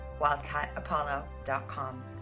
wildcatapollo.com